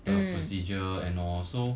the procedure and all so